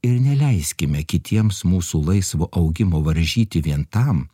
ir neleiskime kitiems mūsų laisvo augimo varžyti vien tam